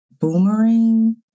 Boomerang